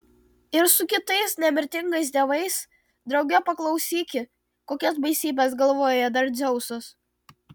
ir su kitais nemirtingais dievais drauge paklausyki kokias baisybes galvoja dar dzeusas